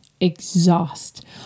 exhaust